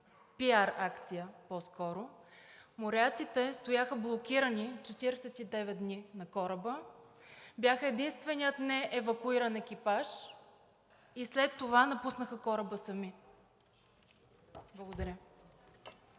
PR акция по-скоро, моряците стояха блокирани 49 дни на кораба, бяха единственият неевакуиран екипаж и след това напуснаха кораба сами. Благодаря.